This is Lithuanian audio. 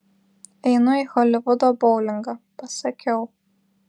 einu į holivudo boulingą pasakiau